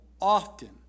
often